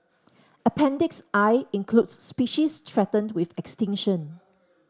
appendix I includes species threatened with extinction